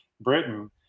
Britain